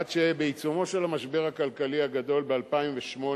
עד שבעיצומו של המשבר הכלכלי הגדול ב-2008,